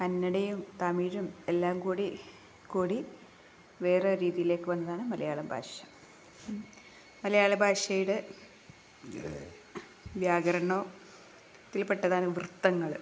കന്നടയും തമിഴുമെല്ലാം കൂടി കൂടി വേറെയൊരു രീതിയിലേക്ക് വന്നതാണ് മലയാളം ഭാഷ മലയാളഭാഷയുടെ വ്യാകരണത്തിൽപ്പെട്ടതാണ് വൃത്തങ്ങള്